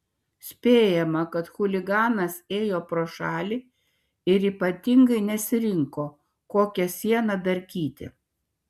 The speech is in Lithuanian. spėjama kad chuliganas ėjo pro šalį ir ypatingai nesirinko kokią sieną darkyti